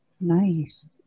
Nice